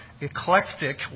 eclectic